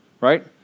right